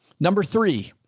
number three.